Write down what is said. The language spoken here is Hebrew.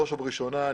בראש ובראשונה,